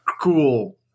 Cool